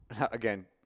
again